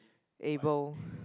able